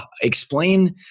explain